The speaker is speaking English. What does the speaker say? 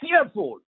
fearful